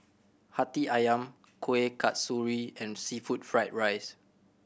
Hati Ayam Kuih Kasturi and seafood fried rice